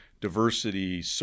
diversity